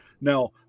now